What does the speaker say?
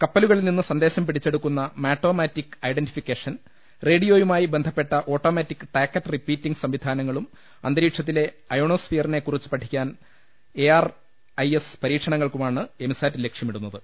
കപ്പലുകളിൽ നിന്ന് സന്ദേശം പിടിച്ചെടുക്കുന്ന മാട്ടോ മാറ്റിക് ഐഡന്റിഫിക്കേഷൻ റേഡിയോയുമായി ബന്ധപ്പെട്ട ഓട്ടോമാറ്റിക് ടാക്കറ്റ് റിപ്പീറ്റീംഗ് സംവിധാനങ്ങളും അന്തരീ ക്ഷത്തിലെ അയണോസ്ഫിയറിനെക്കുറിച്ച് പഠിക്കാൻ എ ആർ ഐ എസ് പരീക്ഷണങ്ങൾക്കാണ് എമിസാറ്റ് ലക്ഷ്യമിടുന്ന ത്